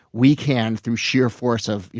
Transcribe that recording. we can through sheer force of, you